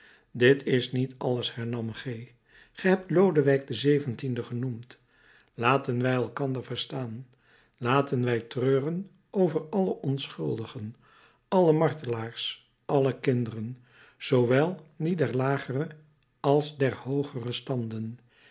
dit is niet alles hernam g ge hebt lodewijk xvii genoemd laten wij elkander verstaan laten wij treuren over alle onschuldigen alle martelaars alle kinderen zoowel die der lagere als der hoogere standen